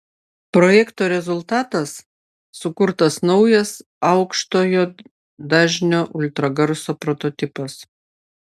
projekto rezultatas sukurtas naujas aukštojo dažnio ultragarso prototipas